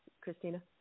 Christina